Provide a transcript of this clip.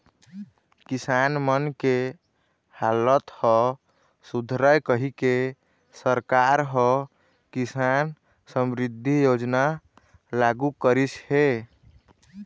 किसान मन के हालत ह सुधरय कहिके सरकार ह किसान समरिद्धि योजना लागू करिस हे